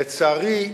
לצערי,